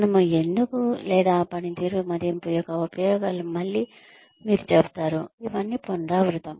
మనము ఎందుకు లేదా పనితీరు మదింపు యొక్క ఉపయోగాలు మళ్ళీ మీరు చెబుతారు ఇవన్నీ పునరావృతం